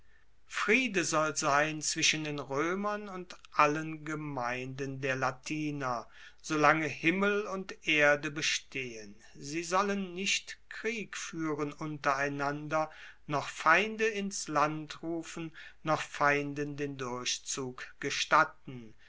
friede soll sein zwischen den roemern und allen gemeinden der latiner solange himmel und erde bestehen sie sollen nicht krieg fuehren untereinander noch feinde ins land rufen noch feinden den durchzug gestatten